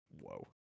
Whoa